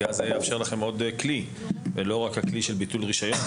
אולי זה יאפשר לכם עוד כלי ולא רק ביטול רישיון.